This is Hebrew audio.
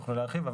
יוכלו להרחיב,